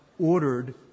ordered